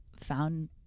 found